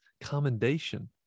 commendation